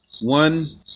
One